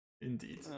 Indeed